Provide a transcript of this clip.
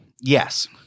Yes